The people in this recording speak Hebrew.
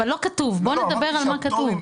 בוא נדבר על מה כתוב.